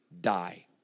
die